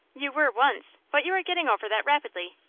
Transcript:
you were once, but you are getting over that rapidly.